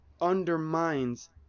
undermines